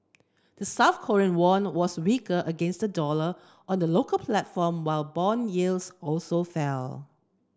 the South Korean won was weaker against the dollar on the local platform while bond yields also fell